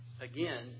again